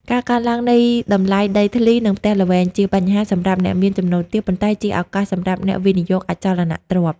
ការកើនឡើងនៃតម្លៃដីធ្លី និងផ្ទះសម្បែង ជាបញ្ហាសម្រាប់អ្នកមានចំណូលទាប ប៉ុន្តែជាឱកាសសម្រាប់អ្នកវិនិយោគអចលនទ្រព្យ។